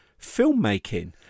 filmmaking